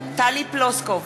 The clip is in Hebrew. פלוסקוב,